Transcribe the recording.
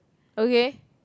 okay